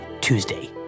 Tuesday